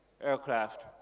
aircraft